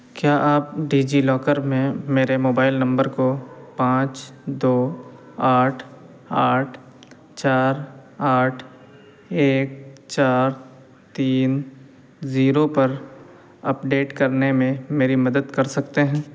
کیا آپ ڈیجیلاکر میں میرے موبائل نمبر کو پانچ دو آٹھ آٹھ چار آٹھ ایک چار تین زیرو پر اپڈیٹ کرنے میں میری مدد کر سکتے ہیں